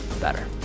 better